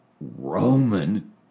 Roman